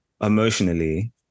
emotionally